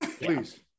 please